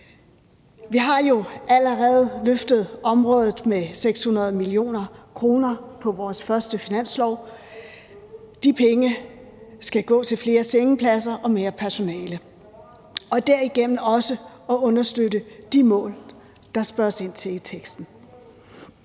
Vi har jo allerede løftet området med 600 mio. kr. på vores første finanslov. De penge skal gå til flere sengepladser og mere personale og derigennem også til at understøtte de mål, der spørges ind til i teksten.